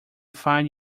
find